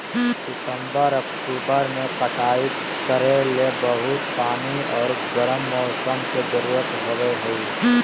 सितंबर, अक्टूबर में कटाई करे ले बहुत पानी आर गर्म मौसम के जरुरत होबय हइ